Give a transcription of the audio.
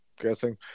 guessing